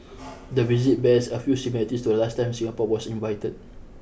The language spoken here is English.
the visit bears a few similarities to the last time Singapore was invited